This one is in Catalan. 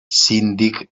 síndic